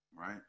right